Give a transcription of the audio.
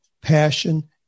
passion